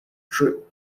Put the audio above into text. true